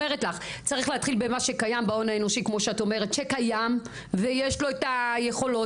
צריך להתחיל בהון האנושי כמו שאת אומרת שקיים ויש לו את היכולת.